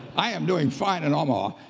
i am doing find in omaha.